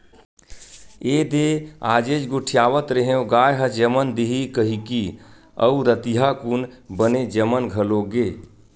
एदे आजेच गोठियावत रेहेंव गाय ह जमन दिही कहिकी अउ रतिहा कुन बने जमन घलो गे